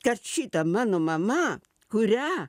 kad šita mano mama kurią